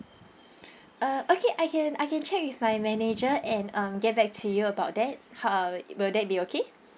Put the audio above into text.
uh okay I can I can check with my manager and um get back to you about that how will that be okay